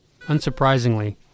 Unsurprisingly